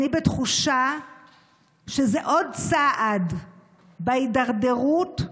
אני בתחושה שזה עוד צעד בהידרדרות,